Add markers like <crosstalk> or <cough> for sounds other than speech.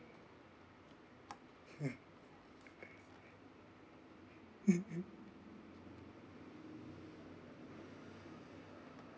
<laughs>